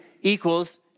equals